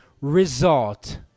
result